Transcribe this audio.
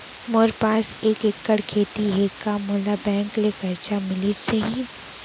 मोर पास एक एक्कड़ खेती हे का मोला बैंक ले करजा मिलिस जाही?